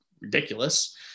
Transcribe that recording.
Ridiculous